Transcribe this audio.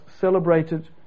celebrated